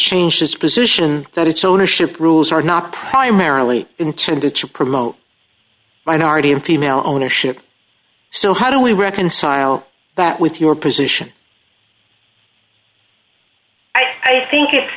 changed its position that its ownership rules are not primarily intended to promote minority and female ownership so how do we reconcile that with your position i think it